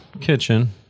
kitchen